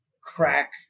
crack